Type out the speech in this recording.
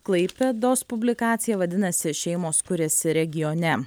klaipėdos publikacija vadinasi šeimos kuriasi regione